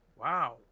Wow